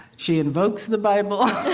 she invokes the bible